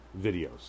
videos